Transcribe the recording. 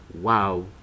wow